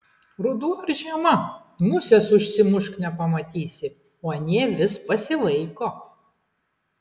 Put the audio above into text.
ruduo ar žiema musės užsimušk nepamatysi o anie vis pasivaiko